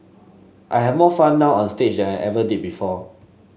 I have more fun now onstage and I ever did before